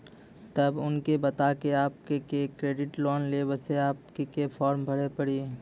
तब उनके बता के आपके के एक क्रेडिट लोन ले बसे आपके के फॉर्म भरी पड़ी?